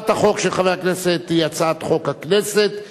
הצעת החוק של חבר הכנסת היא הצעת חוק הכנסת (תיקון,